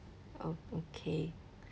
oh okay